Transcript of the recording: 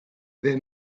then